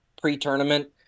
pre-tournament